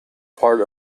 part